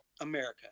America